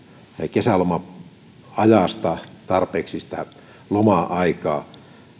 kesäloma ajasta tarpeeksi loma aikaa jolloin tämä